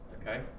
okay